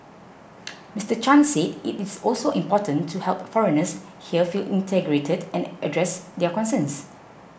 Mister Chan said it is also important to help foreigners here feel integrated and address their concerns